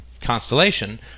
constellation